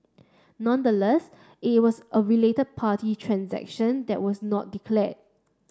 nonetheless it was a related party transaction that was not declared